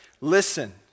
listen